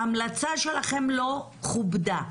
וההמלצה שלכם לא כובדה.